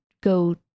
go